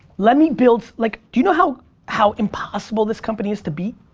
let me build like do you know how how impossible this company is to beat.